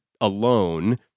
alone